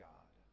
God